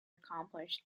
accomplished